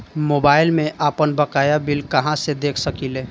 Mobile में आपनबकाया bill कहाँसे देख सकिले?